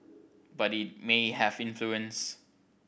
but it may have influence